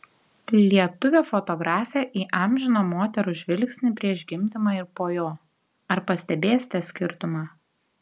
lietuvė fotografė įamžino moterų žvilgsnį prieš gimdymą ir po jo ar pastebėsite skirtumą